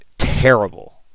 Terrible